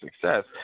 success